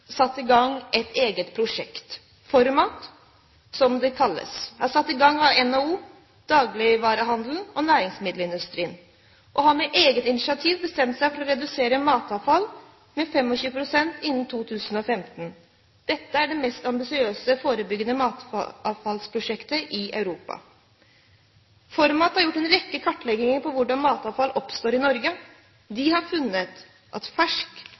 satt i gang et eget prosjekt – ForMat-prosjektet. Det er satt i gang av NHO, dagligvarehandelen og næringsmiddelindustrien. De har på eget initiativ bestemt seg for å redusere matavfall med 25 pst. innen 2015. Dette er det mest ambisiøse forebyggende matavfallsprosjektet i Europa. ForMat har gjort en rekke kartlegginger av hvordan matavfall oppstår i Norge. De har funnet